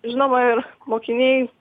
žinoma ir mokiniai